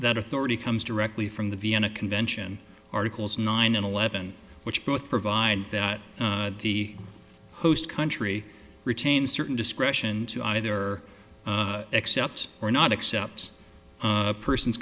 that authority comes directly from the vienna convention articles nine eleven which both provides that the host country retains certain discretion to either accept or not accept a person